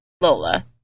Lola